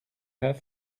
have